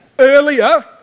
Earlier